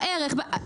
בערך.